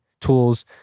tools